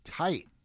tight